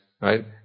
right